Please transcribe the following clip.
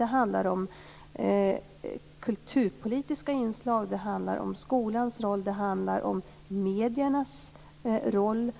Det handlar om kulturpolitiska inslag, om skolans roll, om mediernas roll